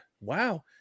wow